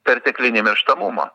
perteklinį mirštamumą